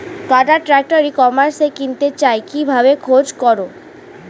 কাটার tractor ই কমার্সে কিনতে চাই কিভাবে খোঁজ করো?